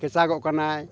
ᱠᱮᱪᱟᱜᱚᱜ ᱠᱟᱱᱟᱭ